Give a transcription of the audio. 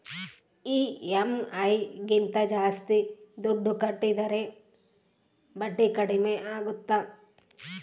EMI ಗಿಂತ ಜಾಸ್ತಿ ದುಡ್ಡು ಕಟ್ಟಿದರೆ ಬಡ್ಡಿ ಕಡಿಮೆ ಆಗುತ್ತಾ?